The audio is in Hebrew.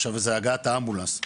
עכשיו זה להגעת האמבולנס,